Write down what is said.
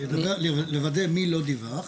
לוודא מי לא דיווח,